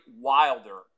Wilder